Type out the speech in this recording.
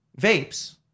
vapes